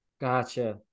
Gotcha